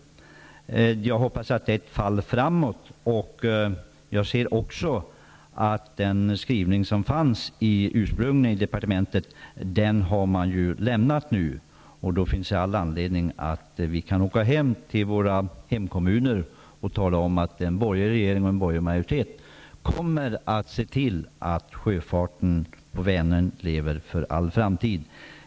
Jag hoppas att det är ett fall framåt. Jag ser också att man har lämnat den skrivning som ursprungligen fanns i departementet. Då finns det all anledning till att vi kan åka hem till våra hemkommuner och tala om att en borgerlig regering och en borgerlig majoritet kommer att se till att sjöfarten på Vänern lever för all framtid.